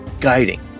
guiding